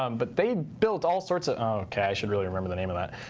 um but they built all sorts of ok, i should really remember the name of that.